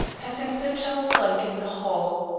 passing sir charles dyke in the hall.